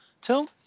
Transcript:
Till